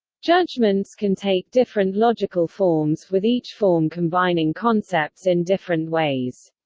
judgments can take different logical forms, with each form combining concepts in different ways.